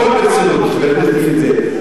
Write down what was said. הכול ברצינות, חבר הכנסת נסים זאב.